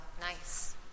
Nice